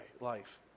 life